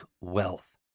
wealth